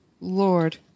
Lord